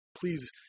please